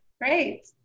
Great